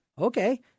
Okay